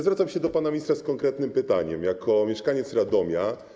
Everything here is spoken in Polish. Zwracam się do pana ministra z konkretnym pytaniem jako mieszkaniec Radomia.